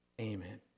Amen